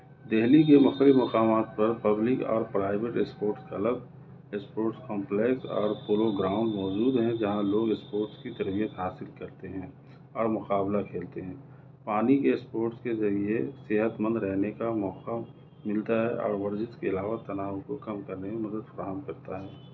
دہلی کے مختلف مقامات پر پبلک اور پرائیویٹ اسپوٹس الگ اسپورٹس کامپلیکس اور پولو گراؤنڈ موجود ہیں جہاں لوگ اسپورٹس کی تربیت حاصل کرتے ہیں اور مقابلہ کھیلتے ہیں پانی کے اسپورٹس کے ذریعہ صحتمند رہنے کا موقع ملتا ہے اور وزرش کے علاوہ تناؤ کو کم کرنے میں مدد فراہم کرتا ہے